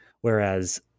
Whereas